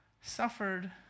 suffered